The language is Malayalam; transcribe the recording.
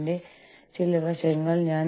ഇത് മൂന്നാം പതിപ്പാണ്